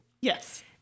yes